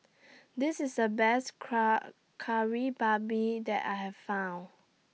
This IS The Best Kari Babi that I Have found